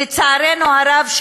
לצערנו הרב,